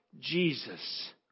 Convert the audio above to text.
Jesus